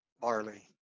barley